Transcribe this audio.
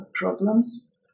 problems